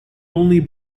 only